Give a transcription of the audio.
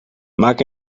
maak